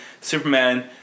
Superman